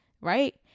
right